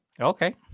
Okay